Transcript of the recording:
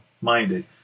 minded